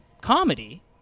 comedy